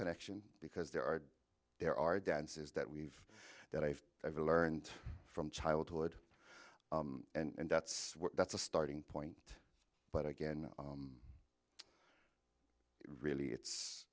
connection because there are there are dances that we've that i've ever learned from childhood and that's that's a starting point but again really it's